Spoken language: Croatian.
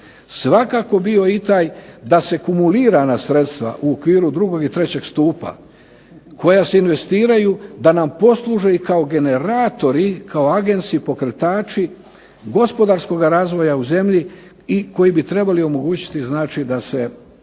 svakako bio i taj da se kumulirana sredstva u okviru drugog i trećeg stupa koja se investiraju da nam posluže kao generatori, kao agensi, pokretači gospodarskog razvoja u zemlji i koji bi trebali omogućiti znači